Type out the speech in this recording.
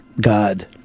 God